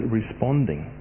responding